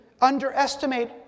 underestimate